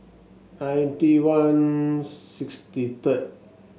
ninety one sixty third